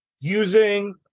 using